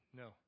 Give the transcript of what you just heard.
no